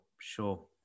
sure